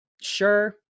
sure